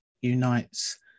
unites